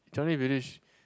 Changi Village